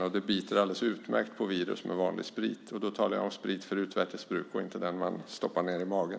Vanlig sprit biter alldeles utmärkt på virus. Då talar jag om sprit för utvärtes bruk, inte den man stoppar ned i magen.